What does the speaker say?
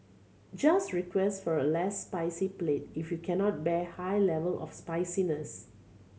just request for a less spicy plate if you cannot bear high level of spiciness